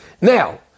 Now